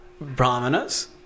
brahmanas